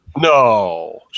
No